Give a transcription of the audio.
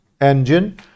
engine